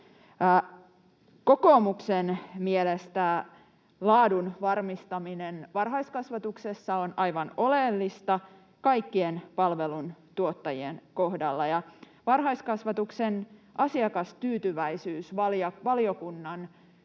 Kokoomuksen mielestä laadun varmistaminen varhaiskasvatuksessa on aivan oleellista kaikkien palveluntuottajien kohdalla. Varhaiskasvatuksen asiakastyytyväisyys valiokunnan